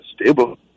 stable